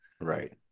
Right